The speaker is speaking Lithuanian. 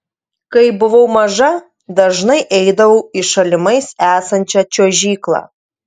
kai buvau maža dažnai eidavau į šalimais esančią čiuožyklą